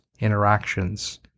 interactions